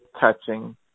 touching